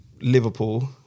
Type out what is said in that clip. Liverpool